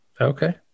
Okay